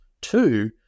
Two